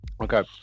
Okay